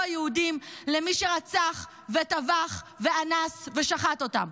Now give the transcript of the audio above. היהודים למי שרצח וטבח ואנס ושחט אותם,